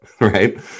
right